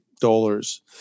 dollars